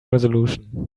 resolution